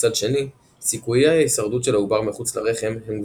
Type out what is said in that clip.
מצד שני- סיכויי ההישרדות של העובר מחוץ לרחם הם גבוהים.